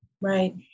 Right